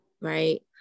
right